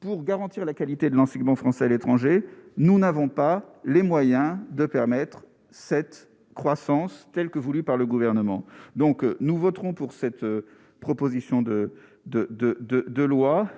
Pour garantir la qualité de l'enseignement français à l'étranger, nous n'avons pas les moyens de permettre cette croissance telle que voulue par le gouvernement, donc nous voterons pour cette proposition de, de, de,